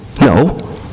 No